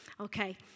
Okay